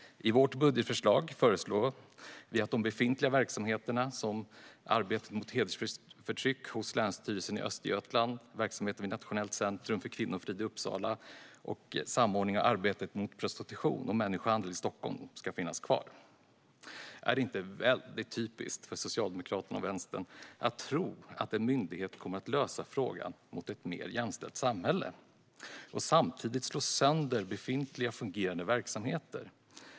I vårt budgetförslag föreslår vi att de befintliga verksamheterna, som arbetet mot hedersförtryck hos Länsstyrelsen i Östergötland, verksamheten vid Nationellt centrum för kvinnofrid i Uppsala och samordningen av arbetet mot prostitution och människohandel i Stockholm, ska finnas kvar. Är det inte väldigt typiskt för Socialdemokraterna och Vänstern att tro att en ny myndighet kommer att lösa frågan om ett mer jämställt samhälle och samtidigt slå sönder befintliga fungerande verksamheter?